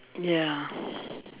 ya